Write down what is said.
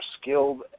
skilled